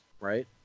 right